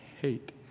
hate